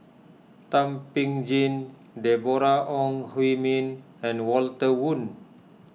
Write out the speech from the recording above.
Thum Ping Tjin Deborah Ong Hui Min and Walter Woon